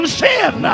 sin